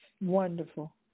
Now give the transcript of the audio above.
wonderful